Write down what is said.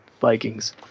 Vikings